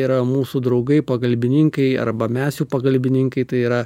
yra mūsų draugai pagalbininkai arba mes jų pagalbininkai tai yra